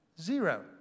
zero